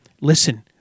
Listen